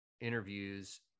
interviews